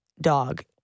dog